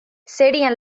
serían